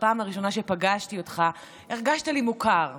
בפעם הראשונה שפגשתי אותך, הרגשתי שאתה מוכר לי.